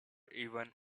even